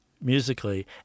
musically